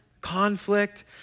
conflict